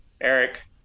Eric